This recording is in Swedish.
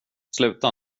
sluta